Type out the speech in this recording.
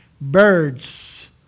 birds